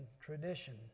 tradition